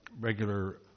regular